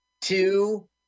two